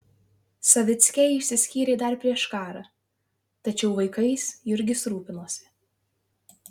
savickiai išsiskyrė dar prieš karą tačiau vaikais jurgis rūpinosi